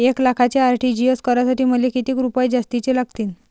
एक लाखाचे आर.टी.जी.एस करासाठी मले कितीक रुपये जास्तीचे लागतीनं?